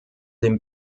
dem